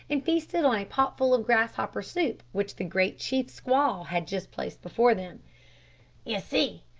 and feasted on a potful of grasshopper soup, which the great chiefs squaw had just placed before them ye see,